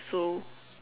so